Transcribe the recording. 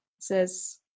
says